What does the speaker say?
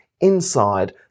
inside